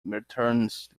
returns